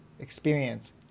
experience